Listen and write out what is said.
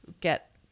get